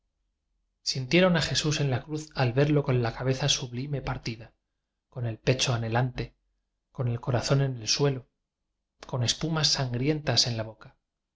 sintieron a jesús en la cruz al verlo con la cabeza su blime partida con el pecho anhelante con el corazón en el suelo con espumas san grientas en la boca